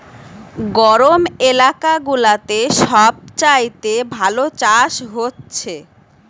গরম এলাকা গুলাতে সব চাইতে ভালো চাষ হচ্ছে